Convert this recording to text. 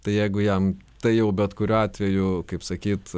tai jeigu jam tai jau bet kuriuo atveju kaip sakyt